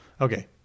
okay